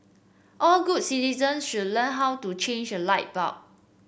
all good citizens should learn how to change a light bulb